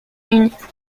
une